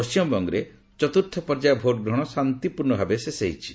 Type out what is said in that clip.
ପଶ୍ଚିମବଙ୍ଗରେ ଚତୁର୍ଥ ପର୍ଯ୍ୟାୟ ଭୋଟ୍ଗ୍ରହଣ ଶାନ୍ତିପୂର୍ଣ୍ଣ ଭାବେ ଶେଷ ହୋଇଛି